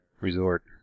Resort